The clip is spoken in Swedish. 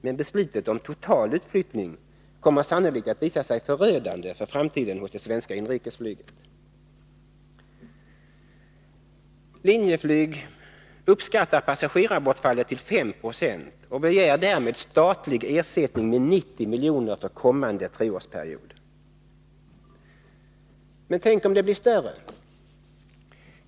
Men beslutet om total utflyttning kommer sannolikt att visa sig förödande för framtiden hos det svenska inrikesflyget. Linjeflyg uppskattar passagerarbortfallet till 5 96 och begär därmed statlig ersättning med 90 miljoner för kommande treårsperiod. Men tänk om bortfallet blir större!